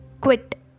Quit